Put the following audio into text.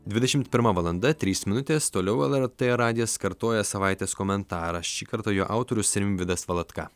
dvidešim pirma valanda trys minutės toliau lrt radijas kartoja savaitės komentarą šį kartą jo autorius rimvydas valatka